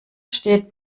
steht